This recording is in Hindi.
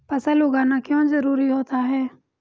फसल उगाना क्यों जरूरी होता है?